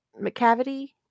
McCavity